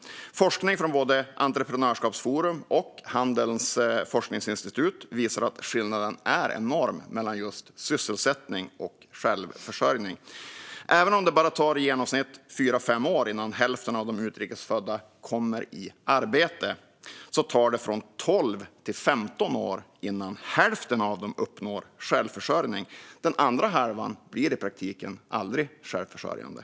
Forskning från både Entreprenörskapsforum och Handelns Forskningsinstitut visar att skillnaden är enorm mellan sysselsättning och självförsörjning. Även om det bara tar i genomsnitt fyra till fem år innan hälften av de utrikesfödda kommer i arbete tar det från 12 till 15 år innan hälften av dem uppnår självförsörjning. Den andra halvan blir i praktiken aldrig självförsörjande.